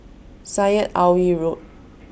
Syed Alwi Road